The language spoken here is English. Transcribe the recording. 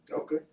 Okay